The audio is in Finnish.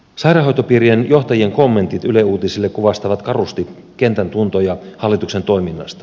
sairaanhoitopiirien johtajien kommentit yle uutisille kuvastavat karusti kentän tuntoja hallituksen toiminnasta